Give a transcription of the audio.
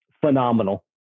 Phenomenal